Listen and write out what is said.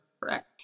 correct